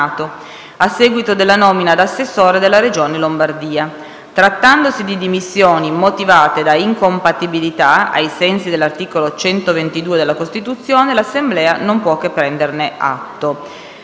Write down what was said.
a seguito della nomina ad assessore della Regione Lombardia. Trattandosi di dimissioni motivate da incompatibilità, ai sensi dell'articolo 122 della Costituzione, l'Assemblea non può che prenderne atto.